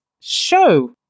show